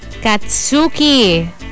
Katsuki